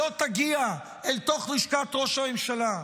שלא תגיע אל תוך לשכת ראש הממשלה,